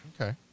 Okay